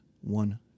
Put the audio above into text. one